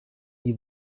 die